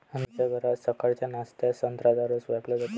आमच्या घरात सकाळच्या नाश्त्यात संत्र्याचा रस प्यायला जातो